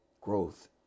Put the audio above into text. growth